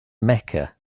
mecca